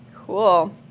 Cool